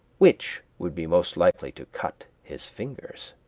which would be most likely to cut his fingers.